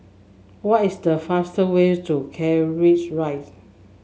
what is the fastest way to Keris Rive